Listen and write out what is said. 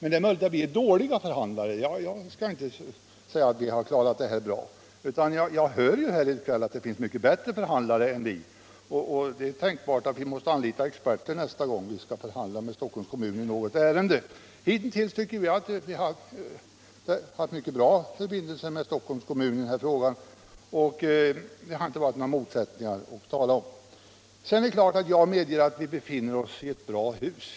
Men det är möjligt att vi är dåliga förhandlare, och jag vill inte påstå att vi har klarat denna fråga bra. Jag hör ju f. ö. här i debatten att det finns mycket bättre förhandlare än vi, och det är tänkbart att vi måste anlita experter nästa gång vi skall förhandla med Stockholms kommun i något ärende. Vi tycker emellertid att vi hitintills i denna fråga har haft mycket bra förbindelser med Stockholms kommun -— vi har inte haft några motsättningar att tala om. Jag vill givetvis hålla med om att vi befinner oss i ett bra hus.